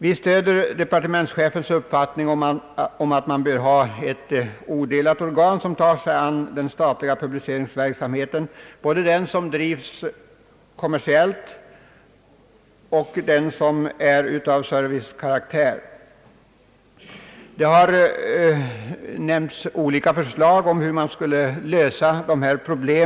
Vi stöder departementschefens uppfattning om att man bör ha ett odelat organ som tar sig an den statliga publiceringsverksamheten, både den som kan drivas kommersiellt och den som är av servicekaraktär. Olika förslag har nämnts om hur man skall lösa dessa problem.